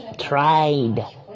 Tried